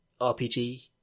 rpg